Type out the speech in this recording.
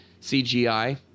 CGI